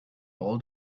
all